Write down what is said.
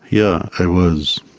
yeah i was.